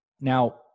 Now